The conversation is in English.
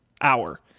hour